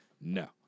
no